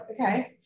okay